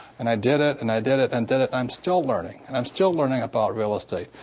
and i did it, and i did it and did it. i'm still learning, and i'm still learning about real estate.